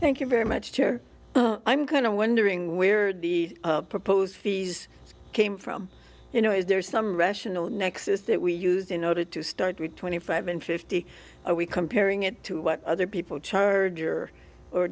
thank you very much toure i'm kind of wondering where the proposed fees came from you know is there some rational next is that we use in order to start with twenty five and fifty are we comparing it to what other people charge or or